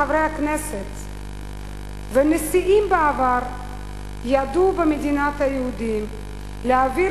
חברי הכנסת ונשיאים בעבר ידעו במדינת היהודים להעביר